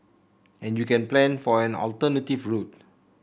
and you can plan for an alternative route